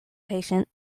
patient